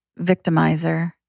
victimizer